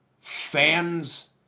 Fans